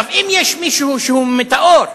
אם יש מישהו שהוא מטאור,